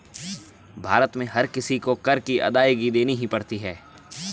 भारत में हर किसी को कर की अदायगी देनी ही पड़ती है